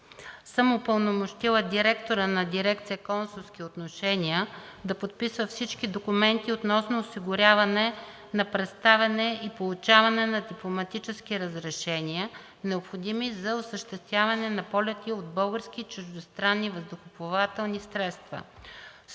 съм упълномощила директора на дирекция „Консулски отношения“ да подписва всички документи относно осигуряване на представяне и получаване на дипломатически разрешения, необходими за осъществяване на полети от български и чуждестранни въздухоплавателни средства.